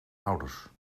ouders